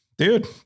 Dude